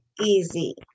easy